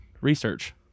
research